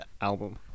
album